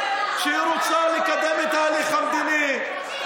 שהיא רוצה לקדם את ההליך המדיני,